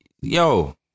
yo